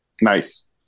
Nice